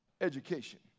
education